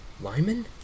Lyman